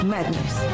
Madness